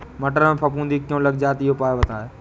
मटर में फफूंदी क्यो लग जाती है उपाय बताएं?